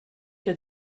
que